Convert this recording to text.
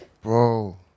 Bro